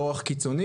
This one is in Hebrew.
באורך קיצוני.